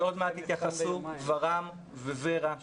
שעוד מעט יתייחסו, ור"מ וור"ה.